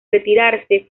retirarse